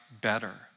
better